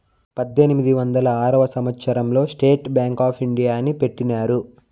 పద్దెనిమిది వందల ఆరవ సంవచ్చరం లో స్టేట్ బ్యాంక్ ఆప్ ఇండియాని పెట్టినారు